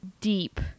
deep